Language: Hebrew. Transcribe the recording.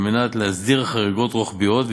כדי להסדיר חריגות רוחביות,